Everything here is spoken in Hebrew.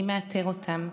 מי מאתר אותם?